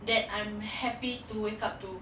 that I'm happy to wake up to